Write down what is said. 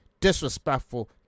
disrespectful